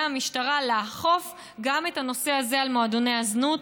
המשטרה לאכוף גם את הנושא הזה על מועדוני הזנות.